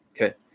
okay